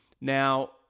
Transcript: Now